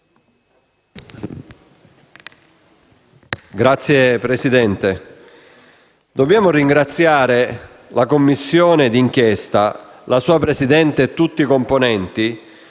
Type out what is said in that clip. Signor Presidente, dobbiamo ringraziare la Commissione d'inchiesta, la sua Presidente e tutti i componenti